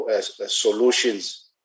solutions